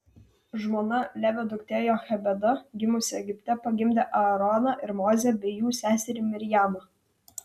žmona levio duktė jochebeda gimusi egipte pagimdė aaroną ir mozę bei jų seserį mirjamą